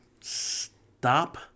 stop